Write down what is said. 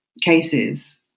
cases